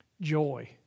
joy